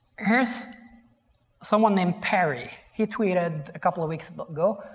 here's someone named perry. he tweeted a couple of weeks but ago,